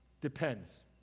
Depends